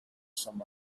some